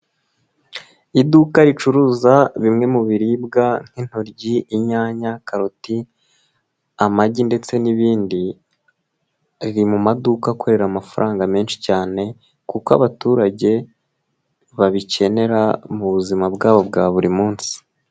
Iduka ricuruza bimwe mu biribwa nk'intoryi, inyanya, karoti, amagi ndetse n'ibindi, riri mu maduka akorera amafaranga menshi cyane kuko abaturage babikenera mu buzima bwabo bwa buri munsi.